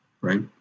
right